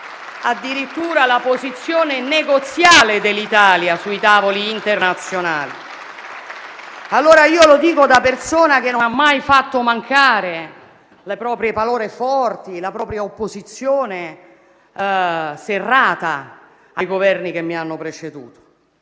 danneggiare la posizione negoziale dell'Italia sui tavoli internazionali. Lo dico da persona che non ha mai fatto mancare le proprie parole forti e la propria opposizione serrata ai Governi che mi hanno preceduto.